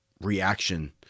reaction